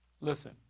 Listen